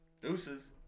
Deuces